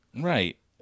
Right